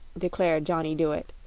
declared johnny dooit.